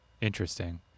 interesting